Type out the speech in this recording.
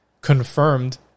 confirmed